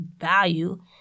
value